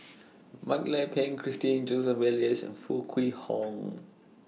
Mak Lai Peng Christine Joseph Elias and Foo Kwee Horng